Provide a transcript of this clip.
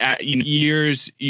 years